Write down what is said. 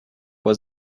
was